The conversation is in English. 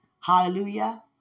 Hallelujah